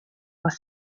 was